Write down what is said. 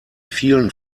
vielen